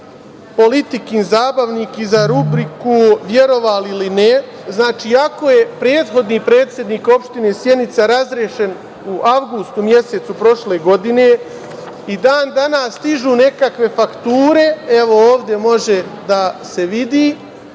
„Politikin zabavnik“ i za rubriku „Verovali ili ne“. Iako je prethodni predsednik opštine Sjenica razrešen u avgustu mesecu prošle godine, i dan-danas stižu nekakve fakture. Evo, ovde može da se vidi.